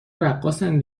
رقاصن